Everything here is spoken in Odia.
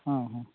ହଁ ହଁ